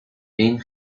این